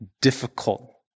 difficult